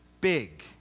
Big